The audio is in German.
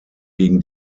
gegen